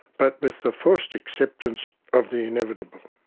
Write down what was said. but with the forced acceptance of the inevitable.